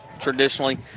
traditionally